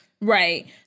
Right